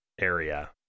area